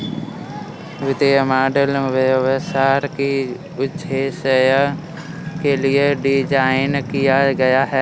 वित्तीय मॉडलिंग व्यवसाय किस उद्देश्य के लिए डिज़ाइन किया गया है?